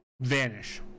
vanish